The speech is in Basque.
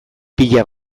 pila